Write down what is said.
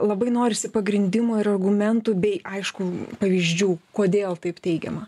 labai norisi pagrindimo ir argumentų bei aišku pavyzdžių kodėl taip teigiama